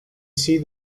see